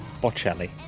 Bocelli